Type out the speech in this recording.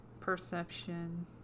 perception